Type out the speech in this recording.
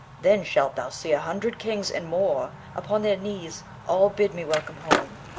then shalt thou see a hundred kings and more, upon their knees, all bid me welcome home.